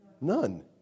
None